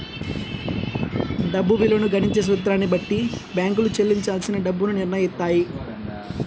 డబ్బు విలువను గణించే సూత్రాన్ని బట్టి బ్యేంకులు చెల్లించాల్సిన డబ్బుని నిర్నయిత్తాయి